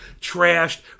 trashed